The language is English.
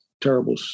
terrible